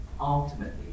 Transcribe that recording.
ultimately